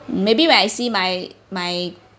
maybe when I see my my